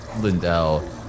Lindell